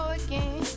again